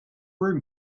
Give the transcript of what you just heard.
room